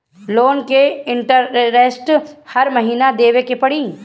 Loan के interest हर महीना देवे के पड़ी?